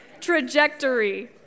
Trajectory